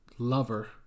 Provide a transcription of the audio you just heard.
Lover